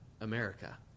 America